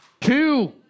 Two